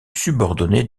subordonné